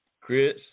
Chris